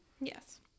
yes